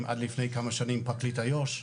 עד לפני כמה שנים פרקליט היו"ש,